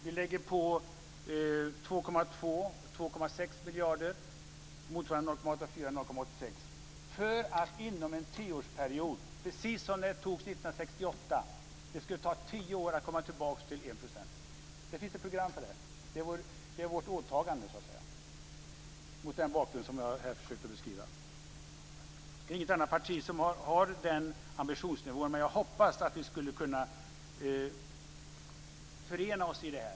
Vi lägger på 2,2 och 2,6 miljarder - motsvarande 0,84 och 0,86 %- för att inom en tioårsperiod, precis som 1968, komma tillbaka till enprocentsmålet. Det finns ett program. Det är vårt åtagande mot den bakgrund som jag har försökt att beskriva. Det är inget annat parti som har den ambitionsnivån, men jag hoppas att vi ska kunna förena oss i det här.